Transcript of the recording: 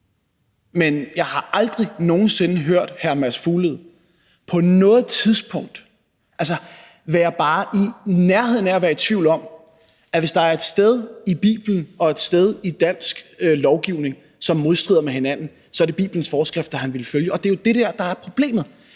Men jeg har aldrig nogen sinde hørt hr. Mads Fuglede på noget tidspunkt være bare i nærheden af at sige, at hvis der er et sted i Bibelen og et sted i dansk lovgivning, som er i modstrid med hinanden, er det Bibelens forskrifter, han vil følge. Og det er jo det, der er problemet.